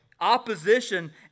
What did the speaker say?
opposition